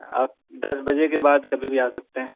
آپ دس بجے کے بعد کبھی بھی آ سکتے ہیں